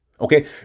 Okay